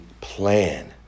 plan